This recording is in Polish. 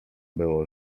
było